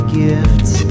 gifts